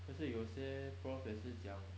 可是有些 prof 也是讲